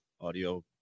audio